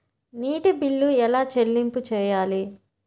నీటి బిల్లు ఎలా చెల్లింపు చేయాలి?